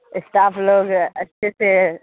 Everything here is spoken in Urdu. اسٹاف لوگ اچھے سے